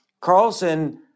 Carlson